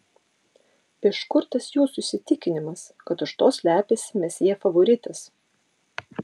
iš kur tas jūsų įsitikinimas kad už to slepiasi mesjė favoritas